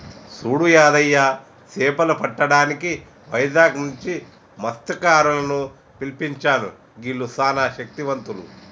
సూడు యాదయ్య సేపలు పట్టటానికి వైజాగ్ నుంచి మస్త్యకారులను పిలిపించాను గీల్లు సానా శక్తివంతులు